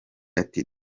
ati